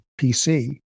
PC